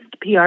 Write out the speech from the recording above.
PR